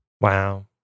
wow